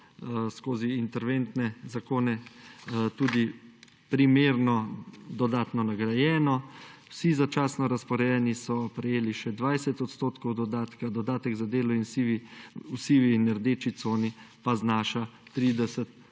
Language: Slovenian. skozi interventne zakone tudi primerno dodatno nagrajeno. Vsi začasno razporejeni so prejeli še 20 odstotkov dodatka, dodatek za delo v sivi in rdeči coni pa znaša 30 odstotkov.